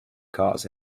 cars